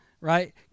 right